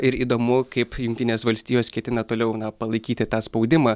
ir įdomu kaip jungtinės valstijos ketina toliau palaikyti tą spaudimą